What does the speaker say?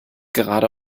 gerade